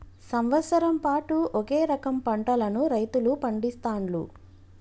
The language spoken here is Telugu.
సంవత్సరం పాటు ఒకే రకం పంటలను రైతులు పండిస్తాండ్లు